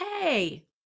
hey